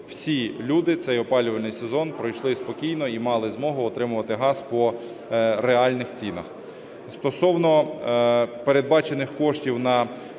всі люди цей опалювальний сезон пройшли спокійно і мали змогу отримувати газ по реальних цінах. Стосовно передбачених коштів на